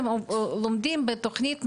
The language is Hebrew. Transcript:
הם לומדים בתוכנית מקוצרת.